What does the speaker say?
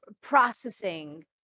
processing